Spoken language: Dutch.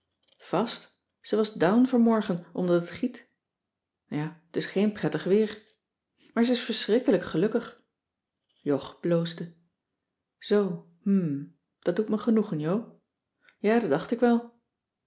ze was down vanmorgen omdat het giet ja t is geen prettig weer maar ze is verschrikkelijk gelukkig jog bloosde zoo hum dat doet me genoegen jo ja dat dacht ik wel